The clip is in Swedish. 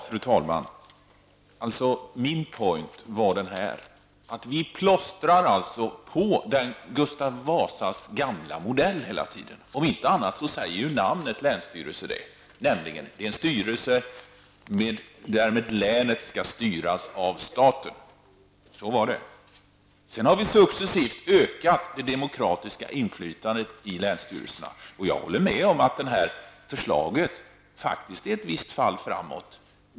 Fru talman! Poängen med det jag sade är att vi plåstrar på Gustav Vasas gamla modell hela tiden; om inte annat säger ju namnet länsstyrelser det, nämligen en styrelse varmed länet skall styras av staten. Vi har dock successivt ökat det demokratiska inflytandet i länsstyrelserna. Jag håller med om att förslaget faktiskt är ett visst fall framåt.